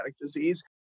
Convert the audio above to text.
disease